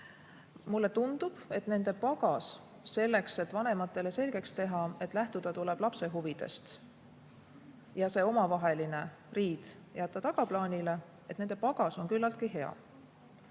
Mulle tundub, et nende pagas, selleks et vanematele selgeks teha, et lähtuda tuleb lapse huvidest, ja jätta omavaheline riid tagaplaanile, on küllaltki hea.